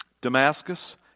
Damascus